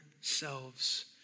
selves